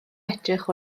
edrych